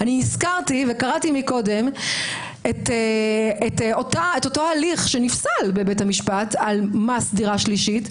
הזכרתי וקראתי קודם את אותו הליך שנפסל בבית המשפט על מס דירה שלישית,